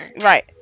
Right